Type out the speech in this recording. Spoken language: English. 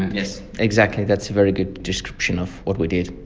yes, exactly, that's a very good description of what we did.